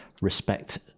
respect